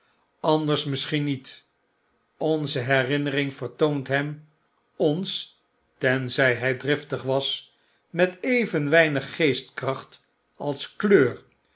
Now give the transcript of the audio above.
anders misschien niet onze herinnering vertoont hem ons tenzy hy driftig was met even weinig geestkracht als kleur